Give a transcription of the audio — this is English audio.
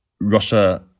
Russia